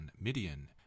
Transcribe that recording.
Midian